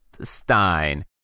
Stein